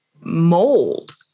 mold